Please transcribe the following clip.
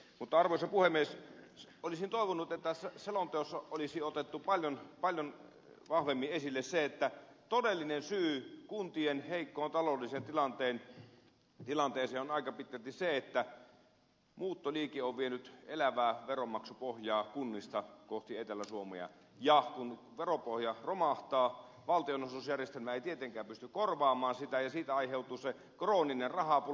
mutta arvoisa puhemies olisin toivonut että tässä selonteossa olisi otettu paljon vahvemmin esille se että todellinen syy kuntien heikkoon taloudelliseen tilanteeseen on aika pitkälti se että muuttoliike on vienyt elävää veronmaksupohjaa kunnista kohti etelä suomea ja kun veropohja romahtaa valtionosuusjärjestelmä ei tietenkään pysty korvaamaan sitä ja siitä aiheutuu se krooninen rahapula